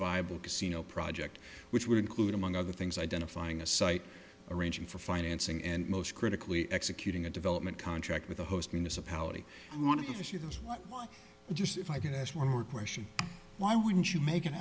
viable casino project which would include among other things identifying a site arranging for financing and most critically executing a development contract with the host municipality want to she has just if i can ask one more question why wouldn't you make an